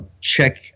check